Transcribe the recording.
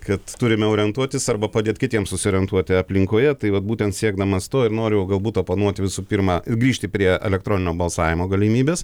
kad turime orientuotis arba padėt kitiems susiorientuoti aplinkoje tai vat būtent siekdamas to ir noriu o galbūt oponuoti visų pirma grįžti prie elektroninio balsavimo galimybės